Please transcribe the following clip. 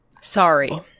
Sorry